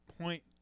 point